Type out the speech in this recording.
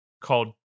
called